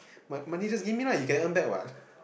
mon~ money just give me lah you can earn back what